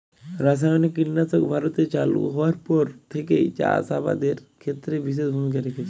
রাসায়নিক কীটনাশক ভারতে চালু হওয়ার পর থেকেই চাষ আবাদের ক্ষেত্রে বিশেষ ভূমিকা রেখেছে